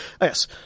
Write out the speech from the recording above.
yes